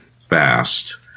fast